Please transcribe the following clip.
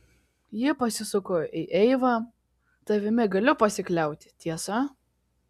ji pasisuko į eivą tavimi galiu pasikliauti tiesa